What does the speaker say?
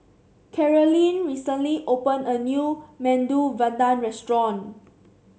Carolyne recently opened a new Medu Vada Restaurant